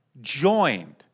joined